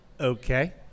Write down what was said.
okay